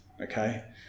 okay